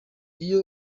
iyo